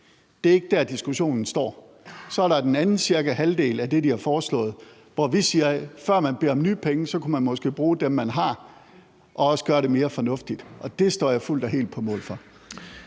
Det er ikke der, diskussionen står. Så er der den anden – cirka – halvdel af det, de har foreslået, hvor vi siger, at man, før man beder om nye penge, så måske kunne bruge dem, man har, og også gøre det mere fornuftigt. Og det står jeg fuldt og helt på mål for.